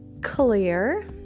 clear